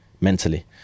mentally